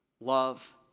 love